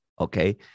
Okay